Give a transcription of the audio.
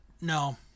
no